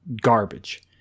garbage